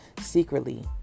secretly